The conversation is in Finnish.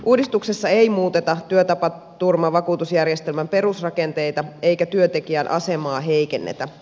uudistuksessa ei muuteta työtapaturmavakuutusjärjestelmän perusrakenteita eikä työntekijän asemaa heikennetä